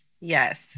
Yes